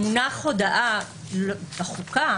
המונח הודעה בחוקה,